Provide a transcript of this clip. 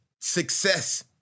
success